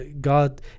God